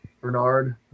Bernard